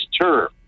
term